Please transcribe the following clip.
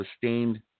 sustained